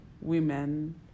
women